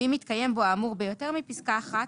ואם מתקיים בו האמור ביותר מפסקה אחת